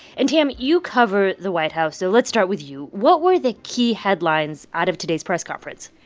and, tam, you cover the white house, so let's start with you. what were the key headlines out of today's press conference?